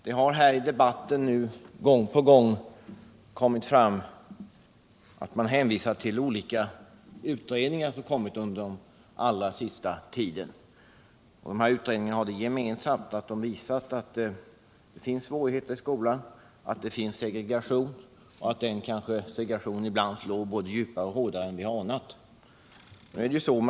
Det har här i debatten gång på gång hänvisats till olika utredningar som kommit under den allra senaste tiden. Dessa utredningar har det gemensamt att de visar att det finns svårigheter i skolan, att det finns segregation och att den kanske ibland slår både djupare och hårdare än vi anat.